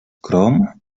crom